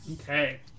Okay